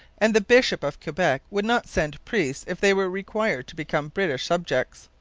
and the bishop of quebec would not send priests if they were required to become british subjects.